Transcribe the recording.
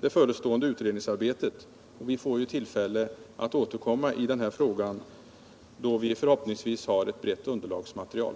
det förestående utredningsarbetet. Vi får tillfälle att återkomma i den här frågan när vi då förhoppningsvis har ett brett underlagsmaterial.